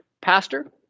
Pastor